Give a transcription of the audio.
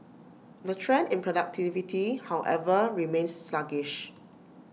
the trend in productivity however remains sluggish